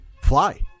fly